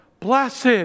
Blessed